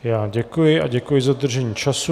Já děkuji a děkuji za dodržení času.